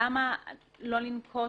למה לא לכתוב